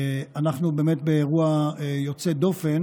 אנחנו באמת באירוע יוצא דופן